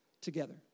together